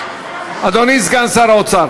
אדוני סגן שר האוצר